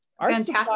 fantastic